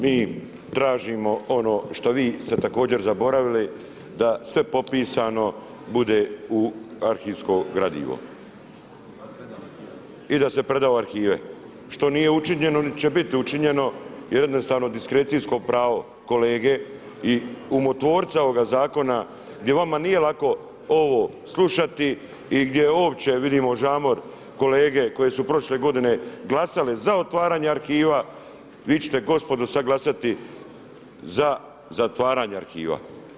Mi tražimo ono što vi ste također zaboravili da sve popisano bude u arhivskom gradivu i da se preda u arhive što nije učinjeno niti će biti učinjeno jer jednostavno diskrecijsko pravo kolege i umotvorca ovoga zakona gdje vama nije lako ovo slušati i gdje uopće, vidimo žamor kolege koje su prošle godine glasali za otvaranje arhiva, vi ćete gospodo sada glasati za zatvaranje arhiva.